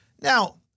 Now